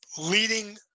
leading